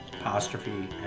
apostrophe